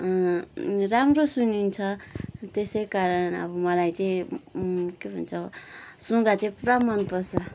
राम्रो सुनिन्छ त्यसै कारण अब मलाई चाहिँ के भन्छ सुगा चाहिँ मलाई पुरा मन पर्छ